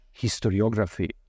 historiography